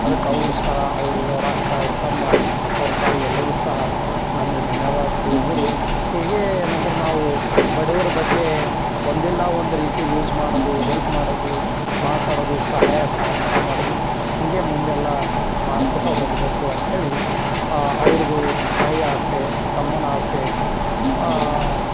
ಅದಕ್ಕೆ ಅವರು ಸಹ ಅವರು ಅವ್ರ ಅಕ್ಕ ಅವ್ರ ತಮ್ಮ ಅವ್ರ ತಾಯಿ ಎಲ್ಲರು ಸಹ ನಮಗೆ ಧನ್ಯವಾದ ತಿಳ್ಸಿದ್ರು ಹೀಗೇ ಏನಂದ್ರೆ ನಾವು ಬಡವರ ಬಗ್ಗೆ ಒಂದಿಲ್ಲ ಒಂದು ರೀತಿ ನ್ಯೂಸ್ ಮಾಡೋದು ಹೆಲ್ಪ್ ಮಾಡೋದು ಮಾತಾಡೋದು ಸಹಾಯ ಸಹಕಾರ ಮಾಡೋದು ಹಿಂಗೆ ಮುಂದೆಲ್ಲ ಮಾಡ್ಕೊಳ್ತಾ ಹೋಗಬೇಕು ಅಂತಹೇಳಿ ಅವ್ರದು ತಾಯಿ ಆಸೆ ತಮ್ಮನ ಆಸೆ